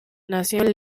nazioen